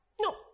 No